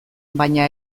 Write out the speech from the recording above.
baina